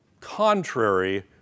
contrary